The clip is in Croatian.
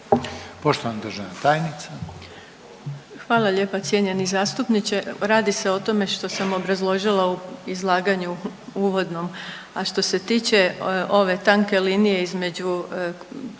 Vuksanović, Irena (HDZ)** Hvala lijepa cijenjeni zastupniče. Radi se o tome što sam obrazložila u izlaganju uvodnom, a što se tiče ove tanke linije između,